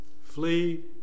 Flee